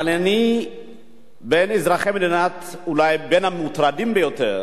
אבל, אני אולי בין המוטרדים ביותר